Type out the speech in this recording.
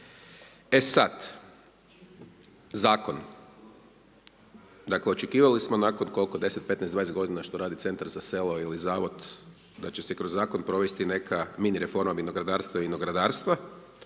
E sada, zakon, dakle, očekivali smo nakon 10, 15 20 g. što radi centar za selo ili zavod da će se kroz zakon provesti neka mini reforma vinogradarstva i …/Govornik